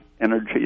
energy